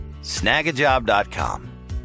Snagajob.com